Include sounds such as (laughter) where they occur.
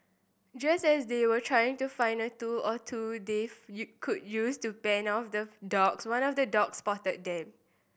just as they were trying to find a tool or two (unintelligible) could use to fend off the dogs one of the dogs spotted them